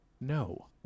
No